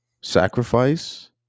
sacrifice